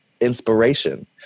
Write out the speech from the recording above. Inspiration